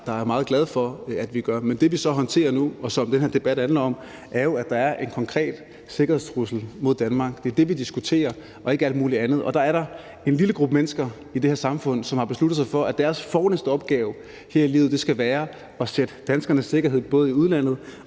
der er meget glade for at vi gør. Men det, vi så håndterer nu, og som den her debat handler om, er jo, at der er en konkret sikkerhedstrussel mod Danmark. Det er det, vi diskuterer, og ikke alt muligt andet, og der er der en lille gruppe mennesker i det her samfund, som har besluttet sig for, at deres fornemste opgave her i livet skal være at sætte danskernes sikkerhed, både i udlandet